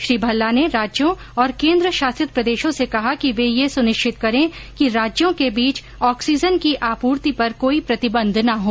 श्री भल्ला ने राज्यों और केन्द्र शासित प्रदेशों से कहा कि वे यह सुनिश्चित करें कि राज्यों के बीच ऑक्सीजन की आपूर्ति पर कोई प्रतिबंध न हो